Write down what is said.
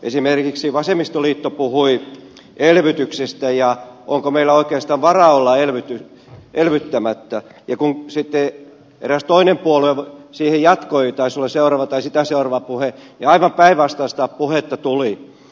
esimerkiksi vasemmistoliitto puhui elvytyksestä onko meillä oikeastaan varaa olla elvyttämättä ja kun sitten eräs toinen puolue siihen jatkoi taisi olla seuraava tai sitä seuraava puhe niin aivan päinvastaista puhetta tuli